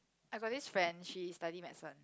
I got this friend she study medicine